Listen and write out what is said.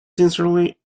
sincerely